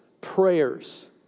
prayers